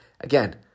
again